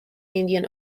indian